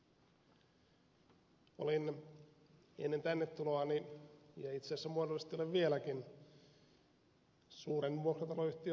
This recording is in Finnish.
olin ennen tänne tuloani ja itse asiassa muodollisesti olen vieläkin suuren vuokrataloyhtiön toimitusjohtaja